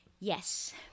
Yes